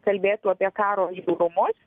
kalbėtų apie karo žiaurumus